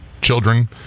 children